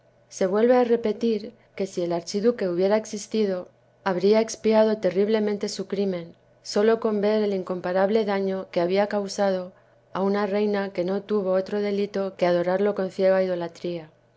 se vuelve á repetir que si el archiduque hubiera existido habria espiado terriblemente su crímen solo con ver el incomparable daño que habia causado á una reina que no tuvo otro delito que adorarlo con ciega idolatría